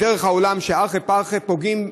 דרך העולם שארחי פרחי פוגעים,